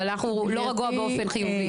אבל אנחנו לא רגוע באופן חיובי.